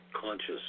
conscious